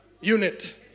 unit